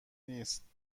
نیست